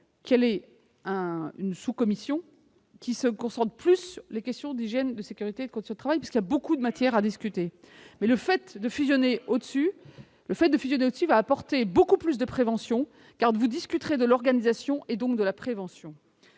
qu'elle ait une sous-commission qui se concentre plus sur les questions d'hygiène, de sécurité et de conditions de travail, car il y a beaucoup de matière à discuter. Autant le faire dès maintenant ! Le fait de fusionner au-dessus va apporter beaucoup plus de prévention, car vous discuterez de l'organisation et donc de la prévention.